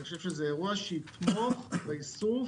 זה אירוע שיתמוך באיסוף